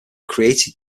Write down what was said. created